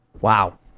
Wow